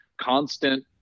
constant